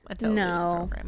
No